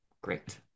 great